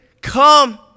come